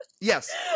yes